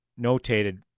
notated